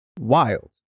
wild